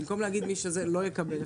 במקום להגיד מי שזה לא יקבל,